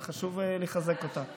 וחשוב לחזק אותה.